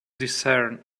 discern